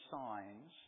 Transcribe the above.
signs